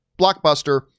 blockbuster